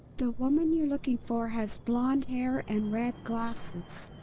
the woman you're looking for has blonde hair, and red glasses.